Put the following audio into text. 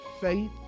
faith